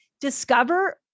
discover